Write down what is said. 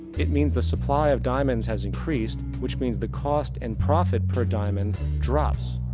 it means the supply of diamonds has increased, which means the cost and profit per diamond drops.